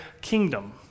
kingdom